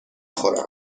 خورم